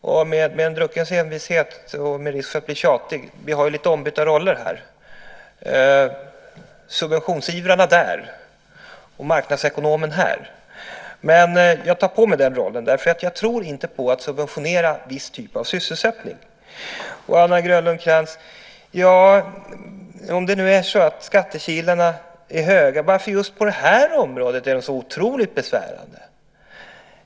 Och med en drucken papegojas envishet och med risk för att bli tjatig måste jag säga att vi har lite ombytta roller här - subventionsivrarna där och marknadsekonomen här. Men jag tar på mig den rollen därför att jag inte tror på att subventionera viss typ av sysselsättning. Anna Grönlund Krantz, om skattekilarna är så höga, varför är de så otroligt besvärande just på det här området?